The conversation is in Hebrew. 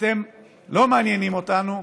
אתם לא מעניינים אותנו.